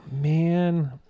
Man